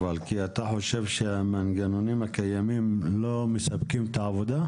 כי אתה חושב שהמנגנונים הקיימים לא מספקים את העבודה?